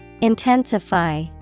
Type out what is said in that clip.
Intensify